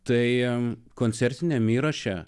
tai em koncertiniam įraše